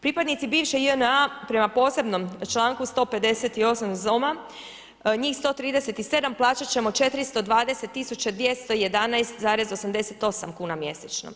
Pripadnici biše JNA prema posebnom članku 158. ... njih 137, plaćat ćemo 420 211,88 kuna mjesečno.